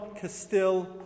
Castile